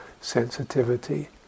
sensitivity